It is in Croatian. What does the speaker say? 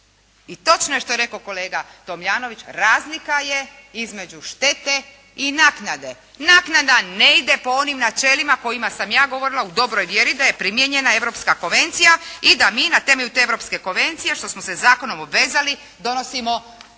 I točno je što je rekao kolega Tomljanović razlika je između štete i naknade. Naknada ne ide po onim načelima kojima sam ja govorila u dobroj vjeri da je primijenjena Europska konvencija i da mi na temelju te Europske konvencije što smo se zakonom obvezali donosimo takav